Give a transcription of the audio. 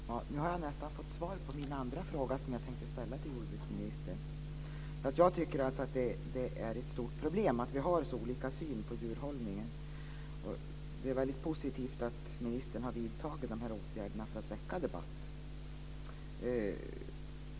Fru talman! Nu har jag nästan fått svar på den andra fråga som jag tänkte ställa till jordbruksministern. Jag tycker att det är ett stort problem att vi har så olika syn på djurhållningen. Det är därför väldigt positivt att ministern har vidtagit de här åtgärderna för att väcka debatt.